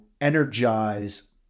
energize